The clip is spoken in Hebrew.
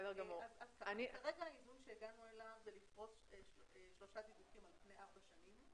כרגע האיזון שהגענו אליו זה לפרוש שלושה דיווחים על פני ארבע שנים.